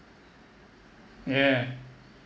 yeah